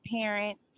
parents